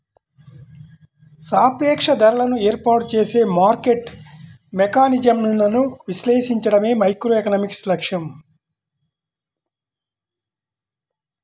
సాపేక్ష ధరలను ఏర్పాటు చేసే మార్కెట్ మెకానిజమ్లను విశ్లేషించడమే మైక్రోఎకనామిక్స్ లక్ష్యం